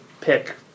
pick